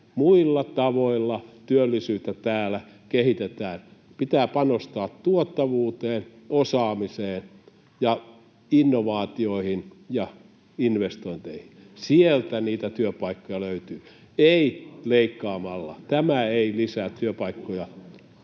muilla tavoilla työllisyyttä täällä kehitetään. Pitää panostaa tuottavuuteen, osaamiseen, innovaatioihin ja investointeihin. Sieltä niitä työpaikkoja löytyy, ei leikkaamalla. Tämä ei lisää työpaikkoja.